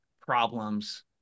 problems